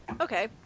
okay